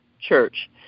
Church